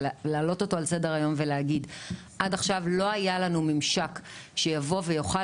להעלות אותו על סדר היום ולהגיד: עד עכשיו לא היה לנו ממשק שיבוא ויוכל